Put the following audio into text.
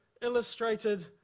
illustrated